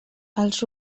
els